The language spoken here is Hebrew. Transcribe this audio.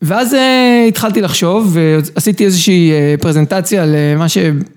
ואז התחלתי לחשוב ועשיתי איזושהי פרזנטציה על מה ש...